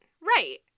Right